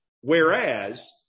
whereas